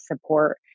support